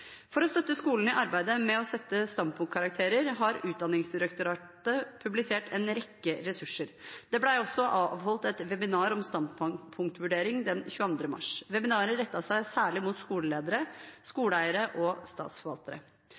For å støtte skolene i arbeidet med å sette standpunktkarakterer har Utdanningsdirektoratet publisert en rekke ressurser. Det ble også avholdt et webinar om standpunktvurdering den 22. mars. Webinaret rettet seg særlig mot skoleledere, skoleeiere og statsforvaltere.